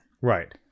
Right